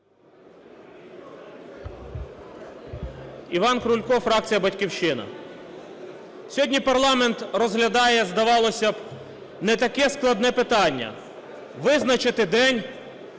Іван Крулько, фракція "Батьківщина". Сьогодні парламент розглядає, здавалось би, не таке складне питання – визначити день